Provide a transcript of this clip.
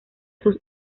sus